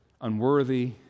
unworthy